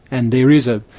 and there is a